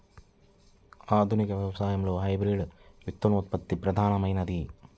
ఆధునిక వ్యవసాయంలో హైబ్రిడ్ విత్తనోత్పత్తి ప్రధానమైనది